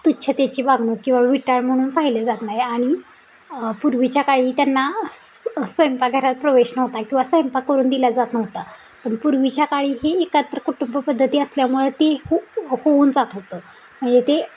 तुच्छतेची वागणूक किंवा विटाळ म्हणून पाहिले जात नाही आणि पूर्वीच्याकाळी त्यांना स्व स्वयंपाकघरात प्रवेश नव्हता किंवा स्वयंपाक करू दिला जात नव्हता पण पूर्वीच्याकाळी ही एकत्र कुटुंबपद्धती असल्यामुळे ते हो होऊन जात होतं म्हणजे ते